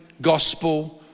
gospel